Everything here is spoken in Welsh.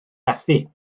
methu